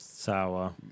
Sour